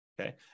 Okay